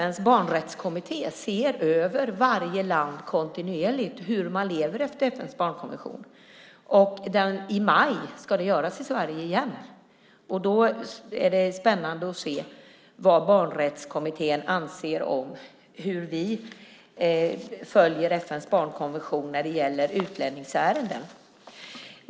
FN:s barnrättskommitté ser över varje land kontinuerligt och hur vi efterlever FN:s barnkonvention. I maj ska det göras i Sverige igen, och då blir det spännande att se hur barnrättskommittén anser att hur vi följer FN:s barnkonvention när det gäller utlänningsärenden.